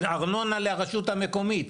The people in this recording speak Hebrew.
ארנונה לרשות המקומית.